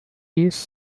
east